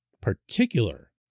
particular